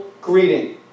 greeting